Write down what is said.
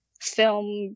film